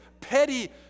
petty